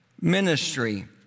ministry